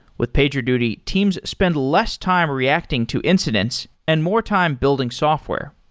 with pagerduty, teams spend less time reacting to incidents and more time building software.